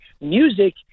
music